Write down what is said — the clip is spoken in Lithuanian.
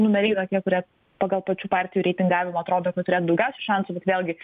numeriai tokie kurie pagal pačių partijų reitingavimą atrodo kad turėtų daugiausiai šansų bet vėlgi